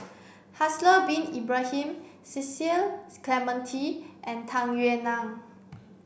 Haslir bin Ibrahim Cecil Clementi and Tung Yue Nang